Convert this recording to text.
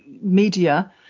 media